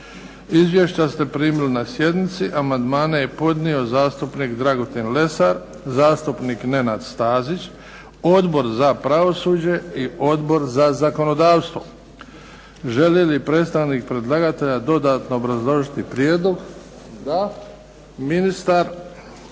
Izvješća ste primili na sjednici. Amandmane je podnio zastupnik Dragutin Lesar, zastupnik Nenad Stazić, Odbor za pravosuđe i Odbor za zakonodavstvo. Želi li predstavnik predlagatelja dodatno obrazložiti prijedlog? Da. Ministar